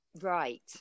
Right